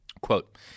Quote